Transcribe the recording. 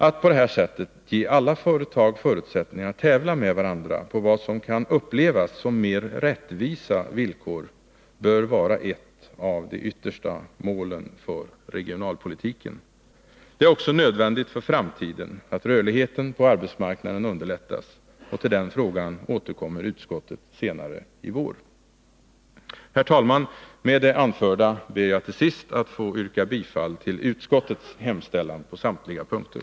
Att på detta sätt ge alla företag förutsättningar att tävla med varandra på vad som kan upplevas som mer rättvisa villkor, bör vara ett av de yttersta målen för regionalpolitiken. Det är också nödvändigt för framtiden att rörligheten på arbetsmarknaden underlättas. Till den frågan återkommer utskottet senare i vår. Herr talman! Med det anförda ber jag till sist att få yrka bifall till utskottets hemställan på samtliga punkter.